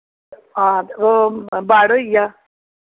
हां ते ओह् बड़ होई गेआ